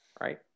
right